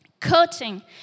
Cutting